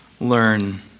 learn